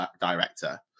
director